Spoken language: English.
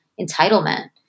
entitlement